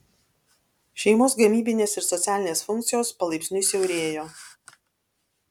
šeimos gamybinės ir socialinės funkcijos palaipsniui siaurėjo